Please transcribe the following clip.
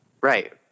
right